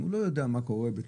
לא נותנים שנים.